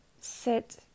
sit